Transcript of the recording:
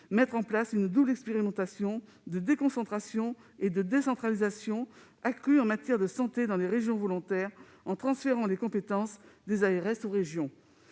mettre en place une double expérimentation de déconcentration et de décentralisation accrues en matière de santé dans les régions volontaires, en transférant les compétences des ARS aux régions